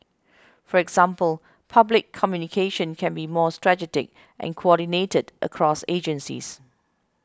for example public communication can be more strategic and coordinated across agencies